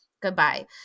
goodbye